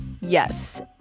Yes